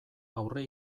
aurre